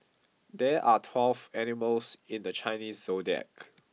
there are twelve animals in the Chinese Zodiac